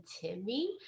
Timmy